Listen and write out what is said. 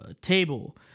Table